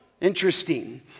interesting